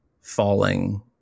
falling